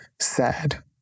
sad